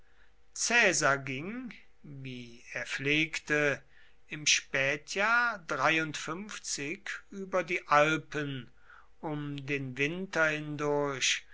ging wie er pflegte im spätjahr über die alpen um den winter hindurch